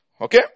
Okay